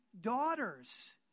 daughters